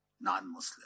non-Muslim